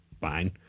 fine